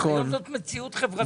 היום זאת מציאות חברתית.